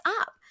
up